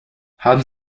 haben